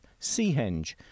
Seahenge